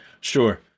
Sure